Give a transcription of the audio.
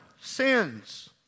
sins